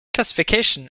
classification